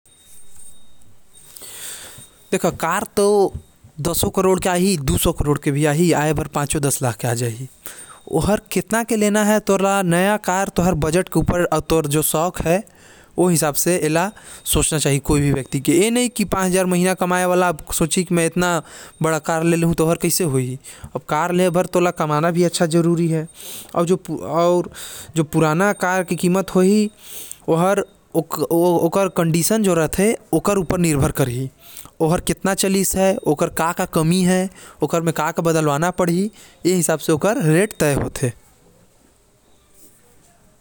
मोर देश म कार मन के कीमत करोड़ो से लेकर के लाख तक के होएल। ओहि हाल पुराना गाड़ी मन के होथे, तोर बजट कितना हवे ओकर म निर्भर करथे की कितना के तै लेहत हस।